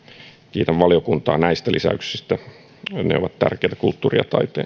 kiitän valiokuntaa näistä lisäyksistä ne ovat tärkeitä kulttuurin ja taiteen